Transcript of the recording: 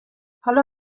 حالا